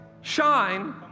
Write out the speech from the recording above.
shine